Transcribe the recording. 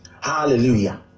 Hallelujah